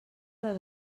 les